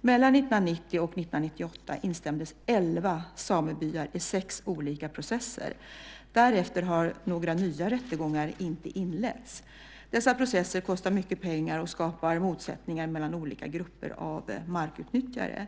Mellan 1990 och 1998 instämdes elva samebyar i sex olika processer. Därefter har några nya rättegångar inte inletts. Dessa processer kostar mycket pengar och skapar motsättningar mellan olika grupper av markutnyttjare.